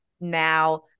Now